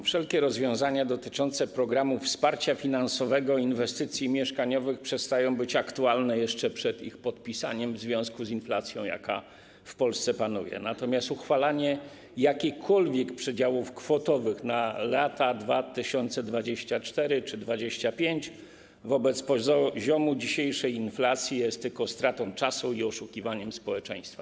Wszelkie rozwiązania dotyczące programu finansowego wsparcia inwestycji mieszkaniowych przestają być aktualne jeszcze przed ich podpisaniem w związku z inflacją, jaka panuje w Polsce, natomiast uchwalanie jakichkolwiek przedziałów kwotowych na lata 2024 czy 2025 wobec poziomu dzisiejszej inflacji jest tylko stratą czasu i oszukiwaniem społeczeństwa.